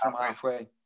halfway